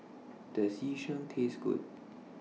Does Yu Sheng Taste Good